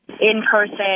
in-person